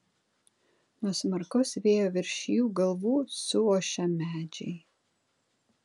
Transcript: nuo smarkaus vėjo virš jų galvų suošia medžiai